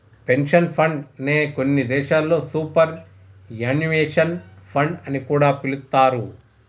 pension fund నే కొన్ని దేశాల్లో సూపర్ యాన్యుయేషన్ ఫండ్ అని కూడా పిలుత్తారు